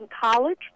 college